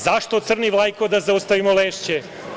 Zašto, crni Vlajko, da zaustavimo Lešće?